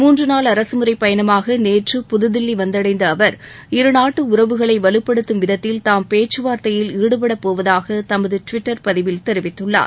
மூன்று நாள் அரசுமுறைப் பயணமாக நேற்று புதுதில்லி வந்தடைந்த அவர் இருநாட்டு உறவுகளை வலுப்படுத்தும் விதத்தில் தாம் பேச்சுவார்த்தையில் ஈடுபடப் போவதாக தனது டுவிட்டர் பதிவில் தெரிவித்துள்ளார்